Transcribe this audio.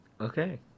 Okay